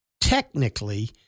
technically